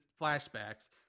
flashbacks